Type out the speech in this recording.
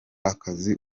akazi